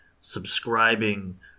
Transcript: subscribing